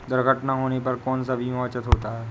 दुर्घटना होने पर कौन सा बीमा उचित होता है?